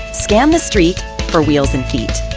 scan the street for wheels and feet.